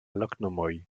loknomoj